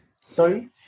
Sorry